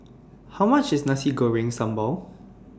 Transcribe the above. How much IS Nasi Goreng Sambal